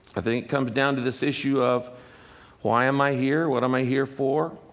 i think it comes down to this issue of why am i here? what am i here for?